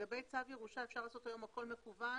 לגבי צו ירושה, אפשר לעשות היום הכול מקוון